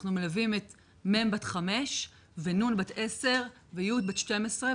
אנחנו מלווים את מ' בת חמש ו-נ' בת עשר ו-י' בת 12,